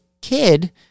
kid